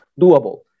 doable